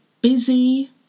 busy